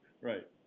Right